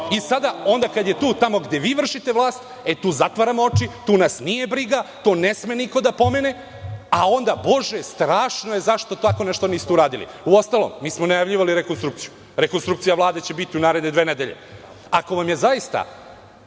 i sada kada je tu gde vi vršite vlast, tu zatvaramo oči, tu nas nije briga, to ne sme niko da pomene, a onda, strašno je, zašto tako nešto niste uradili. Uostalom, mi smo najavljivali rekonstrukciju. Ona će biti u naredne dve nedelje. Ako vam je zaista